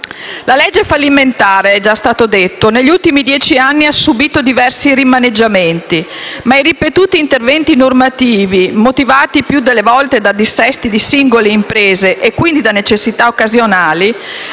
La legge fallimentare, come è stato detto, negli ultimi dieci anni ha subito diversi rimaneggiamenti, ma i ripetuti interventi normativi, motivati il più delle volte dal dissesto di singole imprese e quindi da necessità occasionali,